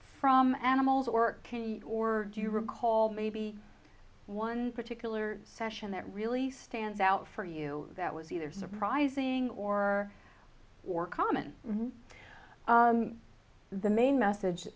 from animals or work or do you recall maybe one particular session that really stands out for you that was either surprising or or common the main message